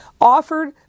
offered